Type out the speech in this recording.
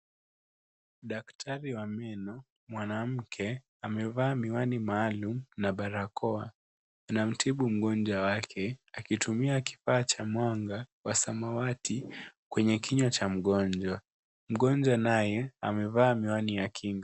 Daktari wa meno, mwanamke, amevaa miwani maalum na barakoa. Anamtibu mgonjwa wake akitumia kifaa cha mwanga wa samawati kwenye kinywa cha mgonjwa. Mgonjwa naye amevaa miwani ya kinga.